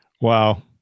Wow